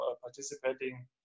participating